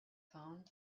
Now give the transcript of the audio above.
phone